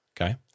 Okay